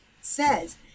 says